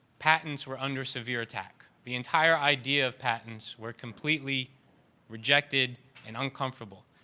patents were under severe attack. the entire idea of patents were completely rejected and uncomfortable.